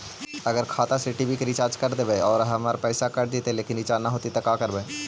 अगर खाता से टी.वी रिचार्ज कर देबै और हमर पैसा कट जितै लेकिन रिचार्ज न होतै तब का करबइ?